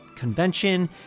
convention